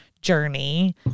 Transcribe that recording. journey